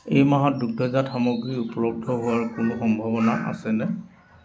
এই মাহত দুগ্ধজাত সামগ্ৰী উপলব্ধ হোৱাৰ কোনো সম্ভাৱনা আছেনে